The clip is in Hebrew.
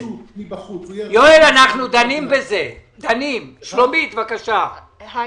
כמה